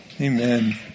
Amen